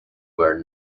where